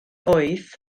oedd